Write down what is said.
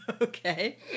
Okay